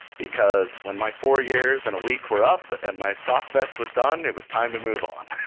because when my four years and a week were up and my stockvest was done, it was time to move on.